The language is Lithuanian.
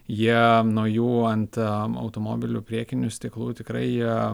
jie nuo jų ant automobilių priekinių stiklų tikrai jie